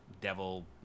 devil